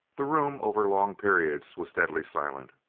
the room over long periods was deadly silent,